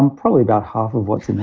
um probably about half of what's in the